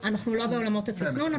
אנחנו לא בעולמות התכנון,